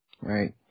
Right